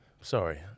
Sorry